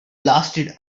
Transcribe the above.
lasted